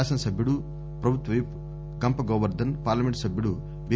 శాసనసభ్యుడు పభుత్వ whip Gampa Govardhan parliament సభ్యుడు బి